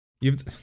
You've-